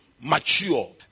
mature